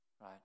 right